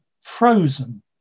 frozen